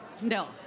No